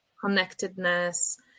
connectedness